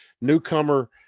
newcomer